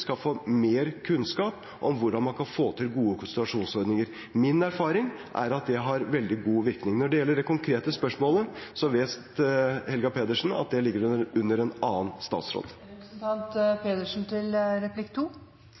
skal få mer kunnskap om hvordan man kan få til gode konsultasjonsordninger. Min erfaring er at det har veldig god virkning. Når det gjelder det konkrete spørsmålet, vet Helga Pedersen at det ligger under en annen statsråd.